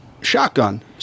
shotgun